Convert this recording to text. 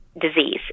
disease